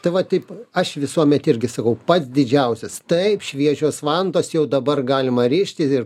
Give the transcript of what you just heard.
tai va taip aš visuomet irgi sakau pats didžiausias taip šviežios vantos jau dabar galima rišti ir